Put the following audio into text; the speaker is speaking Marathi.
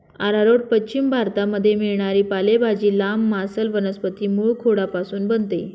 आरारोट पश्चिम भारतामध्ये मिळणारी पालेभाजी, लांब, मांसल वनस्पती मूळखोडापासून बनते